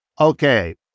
Okay